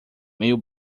meio